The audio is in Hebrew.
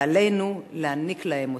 ועלינו להעניק להם אותה.